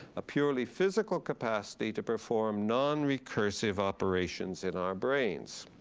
a purely physical capacity to perform non-recursive operations in our brains.